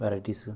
varieties